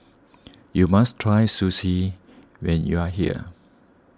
you must try Sushi when you are here